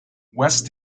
west